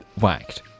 whacked